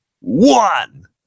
one